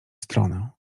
stronę